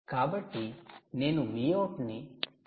కాబట్టి నేను Vout ని 3